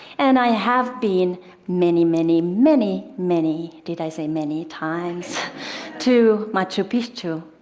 and i have been many, many, many, many did i say many? times to machu picchu,